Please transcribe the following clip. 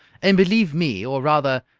and believe me, or rather,